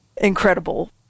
incredible